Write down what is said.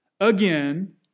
again